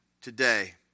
today